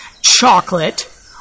Chocolate